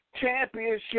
championship